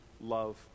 love